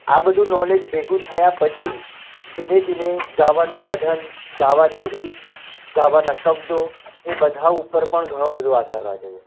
આ બધું નોલેજ ભેગું થયા પછી ધીમે ધીમે ગાવાનું પઢન ગાવાની રીત ગાવાના શબ્દો એ બધા ઉપર પણ ઘણો બધો આધાર રાખે છે